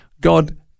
God